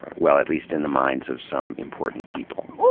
ah well, at least in the minds of some important people.